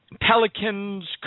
Pelicans